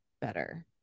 better